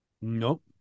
nope